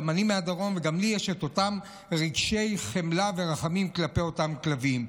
וגם לי יש את אותם רגשות חמלה ורחמים כלפי הכלבים.